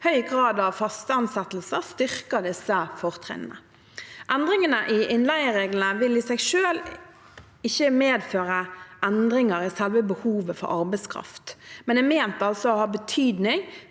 Høy grad av faste ansettelser styrker disse fortrinnene. Endringene i innleiereglene vil i seg selv ikke medføre endringer i selve behovet for arbeidskraft, men er ment å ha betydning